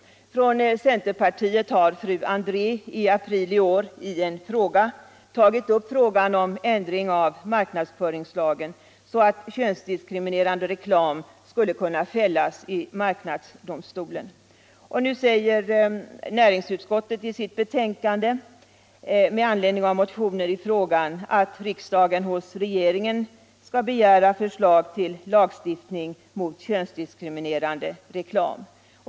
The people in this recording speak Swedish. Från centerpartiet har fru André i april detta år i en fråga tagit upp spörsmålet om en ändring av marknadsföringslagen så att könsdiskriminerande reklam skulle kunna fällas i marknadsdomstolen. Nu säger näringsutskottet i sitt betänkande med anledning av motioner i frågan att riksdagen hos regeringen skall begära förslag till lagstiftning mot könsdiskriminerande reklam.